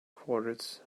quarters